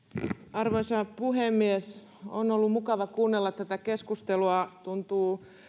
arvoisa puhemies on ollut mukava kuunnella tätä keskustelua tuntuu